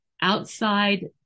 outside